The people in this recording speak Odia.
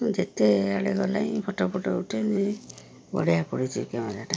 ମୁଁ ଯେତେ ଆଡ଼େ ଗଲିଣି ଫଟୋଫଟୋ ଉଠେ ବଢ଼ିଆ ପଡ଼ିଛି କ୍ୟାମେରାଟା